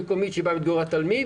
הרשות המקומית שבה מתגורר התלמיד